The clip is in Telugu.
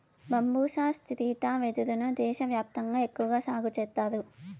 బంబూసా స్త్రిటా వెదురు ను దేశ వ్యాప్తంగా ఎక్కువగా సాగు చేత్తారు